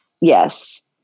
Yes